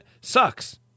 sucks